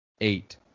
Eight